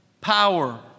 power